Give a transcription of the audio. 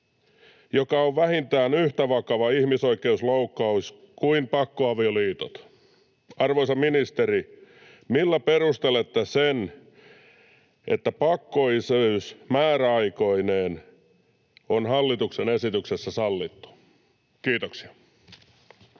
joka on vähintään yhtä vakava ihmisoikeusloukkaus kuin pakkoavioliitot. Arvoisa ministeri, millä perustelette sen, että pakkoisyys määräaikoineen on hallituksen esityksessä sallittu? — Kiitoksia.